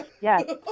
Yes